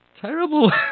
terrible